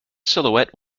silhouette